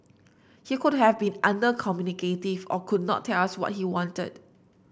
he could have been uncommunicative or could not tell us what he wanted